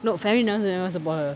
no family also never support her